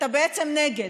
אתה בעצם נגד.